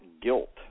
guilt